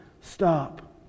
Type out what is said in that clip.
stop